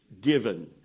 given